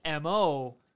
MO